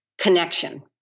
connection